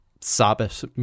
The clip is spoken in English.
Sabbath